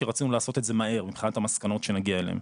כי רצינו לעשות את זה מהר מבחינת המסקנות שנגיע אליהן.